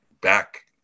back